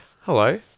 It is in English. hello